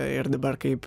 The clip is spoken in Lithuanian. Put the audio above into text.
ir dabar kaip